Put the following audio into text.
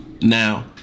Now